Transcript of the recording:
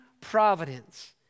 providence